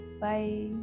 Bye